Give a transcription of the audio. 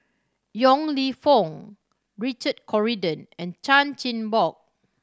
Yong Lew Foong Richard Corridon and Chan Chin Bock